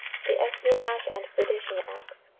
the espionage and sedition acts.